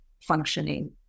functioning